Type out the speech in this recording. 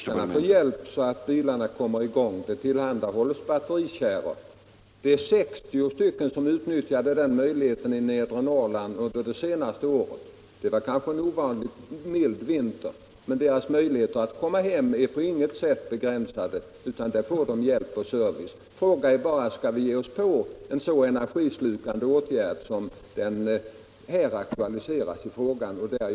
Herr talman! De värnpliktiga får hjälp så att bilarna kommer i gång genom att det tillhandahålles batterikärror. I nedre Norrland var det 60 värnpliktiga som utnyttjade den möjligheten under det senaste året, men det var kanske en ovanligt mild vinter. De värnpliktigas möjligheter att komma hem över veckosluten är sålunda på intet sätt begränsade utan de får hjälp och service. Frågan är bara: Skall vi besluta om en så energislukande åtgärd som den som här aktualiserats av herr Stridsman?